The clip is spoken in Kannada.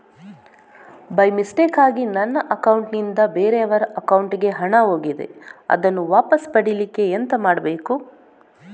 ಬೈ ಮಿಸ್ಟೇಕಾಗಿ ನನ್ನ ಅಕೌಂಟ್ ನಿಂದ ಬೇರೆಯವರ ಅಕೌಂಟ್ ಗೆ ಹಣ ಹೋಗಿದೆ ಅದನ್ನು ವಾಪಸ್ ಪಡಿಲಿಕ್ಕೆ ಎಂತ ಮಾಡಬೇಕು?